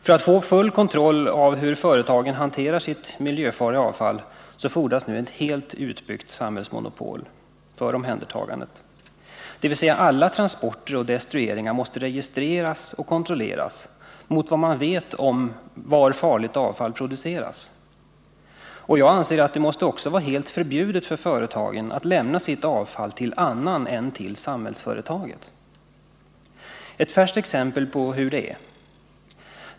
För att få fullständig kontroll över hur företagen hanterar sitt miljöfarliga avfall fordras nu ett helt utbyggt samhällsmonopol för omhändertagandet, dvs. alla transporter och destrueringar måste registreras och kontrolleras mot vad man vet om var farligt avfall produceras. Jag anser att det för företagen måste vara helt förbjudet att lämna sitt avfall till annan mottagare än samhällsägt företag. Jag vill peka på ett färskt exempel på hur läget är.